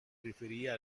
refería